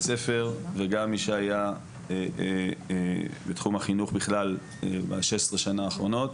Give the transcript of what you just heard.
ספר וגם מי שהיה בתחום החינוך בכלל ב-16 שנה האחרונות.